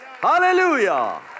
Hallelujah